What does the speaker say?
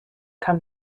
come